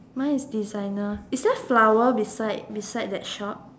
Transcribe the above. mine is designer is there flower beside beside that shop